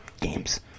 games